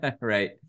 Right